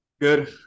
Good